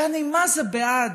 ואני מה זה בעד